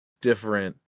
different